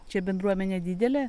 čia bendruomenė didelė